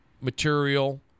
material